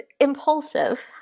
impulsive